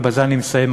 ובזה אני מסיים,